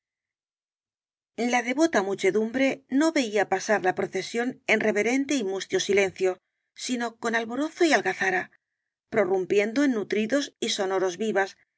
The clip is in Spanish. la devota muchedumbre no veía pasar la pro cesión en reverente y mustio silencio sino con al borozo y algazara prorrumpiendo en nutridos y sonoros vivas